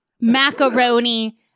macaroni